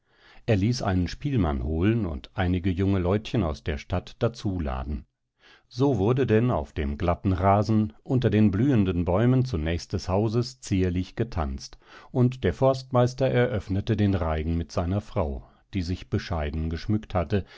er ließ einen spielmann holen und einige junge leutchen aus der stadt dazu laden so wurde denn auf dem glatten rasen unter den blühenden bäumen zunächst des hauses zierlich getanzt und der forstmeister eröffnete den reigen mit seiner frau die sich bescheiden geschmückt hatte